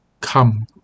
come